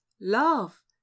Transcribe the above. love